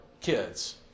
kids